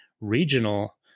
regional